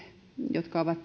jotka ovat